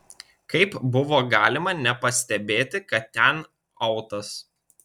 kaip buvo galima nepastebėti kad ten autas